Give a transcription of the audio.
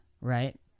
right